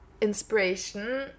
inspiration